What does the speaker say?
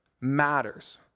matters